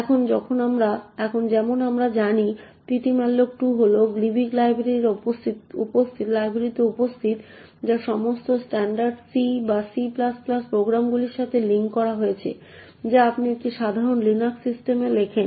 এখন যেমন আমরা জানি ptmalloc2 হল gilibc লাইব্রেরিতে উপস্থিত যা সমস্ত স্ট্যান্ডার্ড C বা C প্রোগ্রামগুলির সাথে লিঙ্ক করা হয়েছে যা আপনি একটি সাধারণ লিনাক্স সিস্টেমে লেখেন